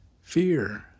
fear